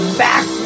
back